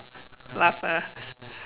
laugh ah